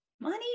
money